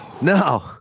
no